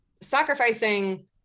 sacrificing